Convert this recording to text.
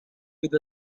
with